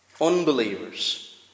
Unbelievers